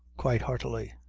quite heartily.